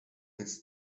his